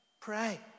Pray